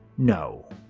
no.